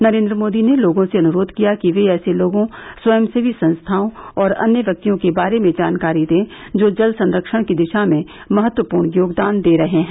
नरेन्द्र मोदी ने लोगों से अनुरोध किया कि वे ऐसे लोगों स्वयसेवी संस्थाओं और अन्य व्यक्तियों के बारे में जानकारी दें जो जल संरक्षण की दिशा में महत्वपूर्ण योगदान दे रहे हैं